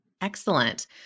Excellent